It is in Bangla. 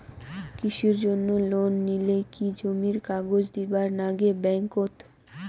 কৃষির জন্যে লোন নিলে কি জমির কাগজ দিবার নাগে ব্যাংক ওত?